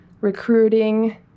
recruiting